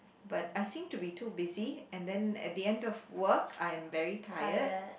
but I seem to be too busy and then at the end of work I am very tired